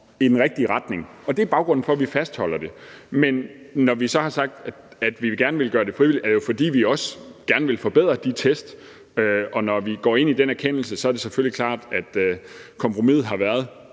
i den rigtige retning. Det er baggrunden for, at vi fastholder det. Men når vi så har sagt, at vi gerne vil gøre det frivilligt, er det jo, fordi vi også gerne vil forbedre de test, og når vi går ind i den erkendelse, er det selvfølgelig klart, at kompromiset har været,